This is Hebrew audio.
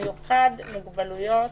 במיוחד מוגבלויות